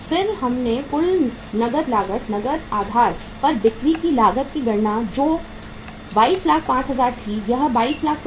फिर हमने कुल नकद लागत नकद आधार पर बिक्री की लागत की गणना की जो 2205000 थी या 2205000